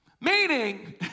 Meaning